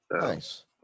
Nice